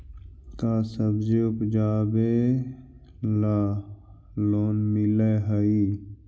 का सब्जी उपजाबेला लोन मिलै हई?